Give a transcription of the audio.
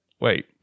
wait